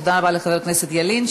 תודה רבה לחבר הכנסת ילין.